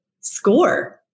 score